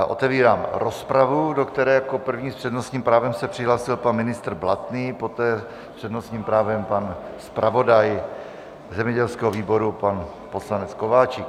Otevírám rozpravu, do které se jako první s přednostním právem přihlásil pan ministr Blatný, poté s přednostním právem zpravodaj zemědělského výboru pan poslanec Kováčik.